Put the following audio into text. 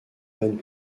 bonne